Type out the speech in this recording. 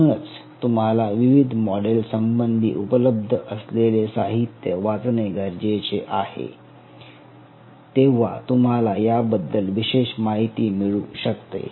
म्हणून तुम्हाला विविध मॉडेल संबंधी उपलब्ध असलेले साहित्य वाचणे गरजेचे आहे तेव्हा तुम्हाला याबद्दल विशेष माहिती मिळू शकते